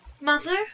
Mother